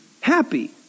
happy